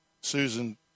Susan